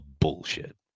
bullshit